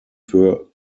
für